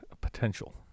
potential